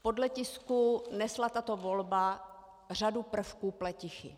Podle tisku nesla tato volba řadu prvků pletichy.